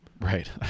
Right